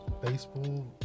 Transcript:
baseball